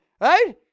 right